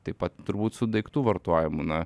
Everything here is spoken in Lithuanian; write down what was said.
taip pat turbūt su daiktų vartojimu na